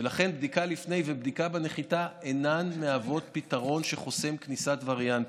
ולכן בדיקה לפני ובדיקה בנחיתה אינן מהוות פתרון שחוסם כניסת וריאנטים.